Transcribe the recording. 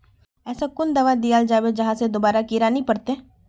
ऐसा कुन दाबा दियाल जाबे जहा से दोबारा कीड़ा नी पकड़े?